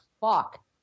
fuck